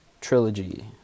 Trilogy